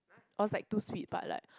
I was like too sweet but like